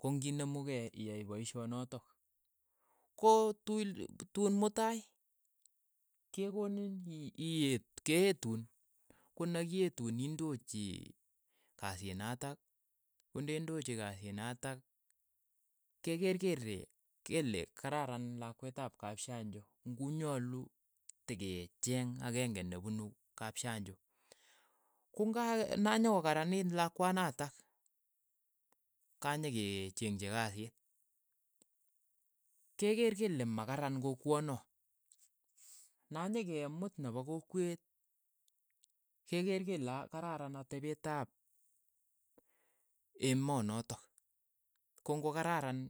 Ko ng'i nemu kei iyai poishonotok, ko tul- tuun mutai, kekonin ii- eetu, keetun konakietuun indochi kasiit natak, ko ndendochi kasit natak ke keer kele kele kararan lakwet ap kapshanjo ng'u nyalu tekecheeng akeng'e nepunu kapshanjo, ko ng'a nanyokaraniit lakwanatak kanyekechengchi kasit, ke keer kele makaraan kokwano, na nyekemut nepo kokwet ke keer kele aa kararan atepet ap emonotok, ko ng'okararan